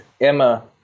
Emma